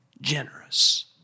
generous